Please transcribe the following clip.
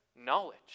knowledge